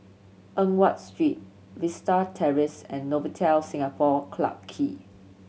Eng Watt Street Vista Terrace and Novotel Singapore Clarke Quay